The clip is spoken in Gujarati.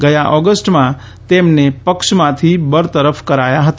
ગયા ઓગસ્ટમાં તેમને પક્ષમાંથી બરતરફ કરાયા હતા